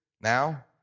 Now